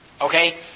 Okay